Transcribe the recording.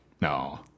No